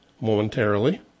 momentarily